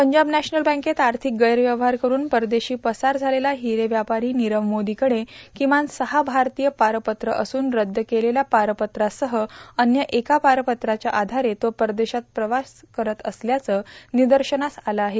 Punjab National बँकेत आर्थिक गैरव्यवहार करून परदेशी पसार झालेला हिरे व्यापारी नीरव मोदीकडे किमान सहा भारतीय पारपत्र असून रद्द केलेल्या पारपत्रासह अन्य एका पारपत्राच्या आधारे तो परदेशात प्रवास करत असल्याचं निदर्शनास आलं आहे